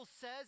says